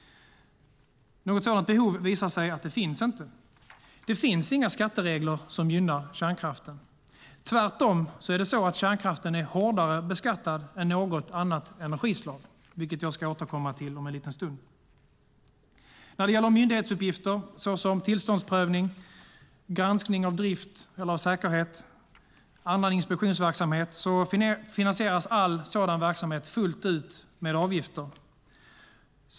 Något sådant behov visar sig inte finnas. Det finns inga skatteregler som gynnar kärnkraften. Tvärtom är kärnkraften hårdare beskattad än något annat energislag, vilket jag ska återkomma till om en stund. När det gäller myndighetsuppgifter såsom tillståndsprövning, granskning av drift och säkerhet och annan inspektionsverksamhet finansieras all sådan verksamhet fullt ut med avgifter.